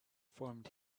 formed